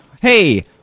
hey